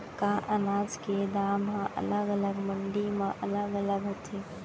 का अनाज के दाम हा अलग अलग मंडी म अलग अलग होथे?